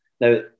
Now